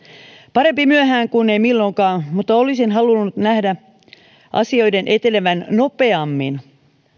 parempi myöhään kuin ei milloinkaan mutta olisin halunnut nähdä asioiden etenevän nopeammin